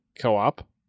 co-op